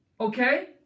Okay